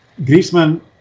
Griezmann